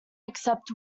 except